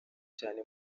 cyane